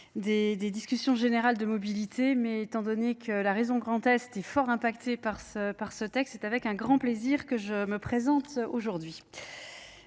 des discussions générales de mobilité, que la raison grand test est fort impactée par ce par ce texte c'est avec un grand plaisir que je me présente aujourd'hui